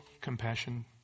compassion